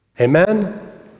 Amen